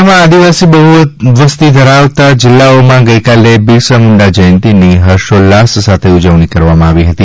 રાજ્યમાં આદિવાસી બહ્વસ્તી ધરાવતાં જિલ્લાઓમાં ગઇકાલે બિરસા મુંડા જયંતીની હર્ષોલ્લાસ સાથે ઉજવણી કરવામાં આવી હતી